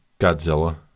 Godzilla